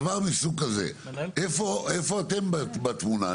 דבר מסוג כזה, איפה אתם בתמונה?